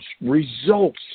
results